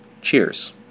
Cheers